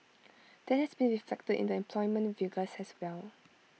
that has been reflected in the employment figures as well